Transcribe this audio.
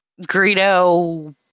Greedo